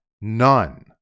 none